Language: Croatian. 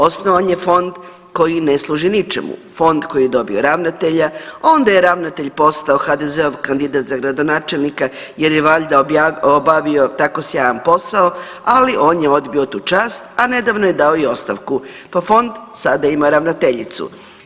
Osnovan je fond koji ne služi ničemu, fond koji je dobio ravnatelja, onda je ravnatelj postao HDZ-ov kandidat za gradonačelnika jer je valjda obavio tako sjajan posao, ali on je odbio tu čast, a nedavno je dao i ostavku pa fond sada ima ravnateljicu.